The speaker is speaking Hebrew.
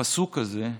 הפסוק הזה,